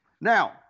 Now